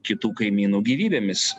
kitų kaimynų gyvybėmis